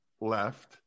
left